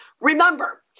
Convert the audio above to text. Remember